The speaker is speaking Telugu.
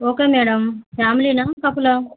ఓకే మేడం ఫ్యామిలీనా కప్పుల్ ఆ